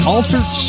Altered